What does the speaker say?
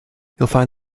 find